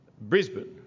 Brisbane